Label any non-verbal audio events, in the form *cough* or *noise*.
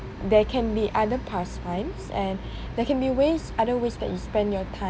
there can be other pastimes *breath* and there can be ways other ways that you spend your ti~